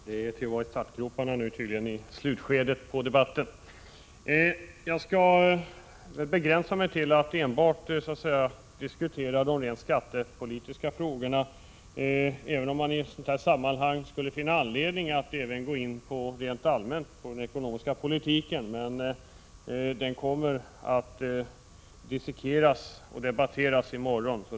Herr talman! Man måste vara i startgroparna här i slutskedet av debatten. Jag skall begränsa mig till att enbart diskutera de rent skattepolitiska frågorna, även om man i ett sådant här sammanhang skulle finna anledning att gå in rent allmänt på den ekonomiska politiken. Men den ekonomiska politiken kommer att dissekeras och debatteras i morgon.